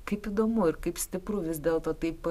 kaip įdomu ir kaip stipru vis dėlto taip